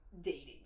dating